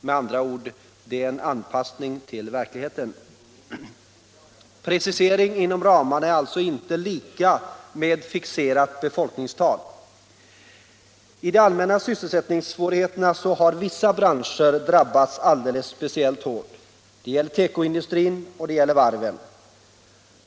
Det är, med andra ord, en anpassning till verkligheten. Precisering inom ramarna är alltså inte lika med ett fixerat befolkningstal. De allmänna sysselsättningssvårigheterna har drabbat vissa branscher speciellt hårt. Det gäller tekoindustrin och det gäller varven.